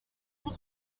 pour